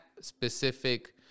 specific